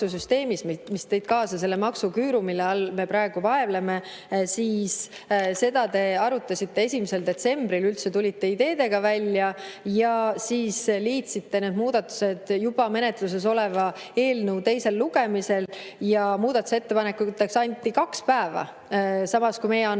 mis tõid kaasa selle maksuküüru, mille all me praegu vaevleme, siis seda te arutasite 1. detsembril, üldse tulite ideedega välja, ja siis liitsite need muudatused juba menetluses oleva eelnõu teisel lugemisel. Muudatusettepanekute tegemiseks anti kaks päeva, samas meie